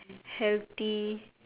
healthy